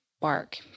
bark